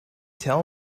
tell